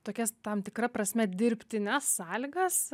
tokias tam tikra prasme dirbtines sąlygas